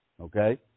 Okay